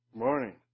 Morning